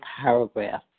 paragraph